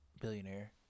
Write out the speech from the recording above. billionaire